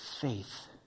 faith